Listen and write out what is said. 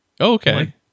okay